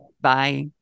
Bye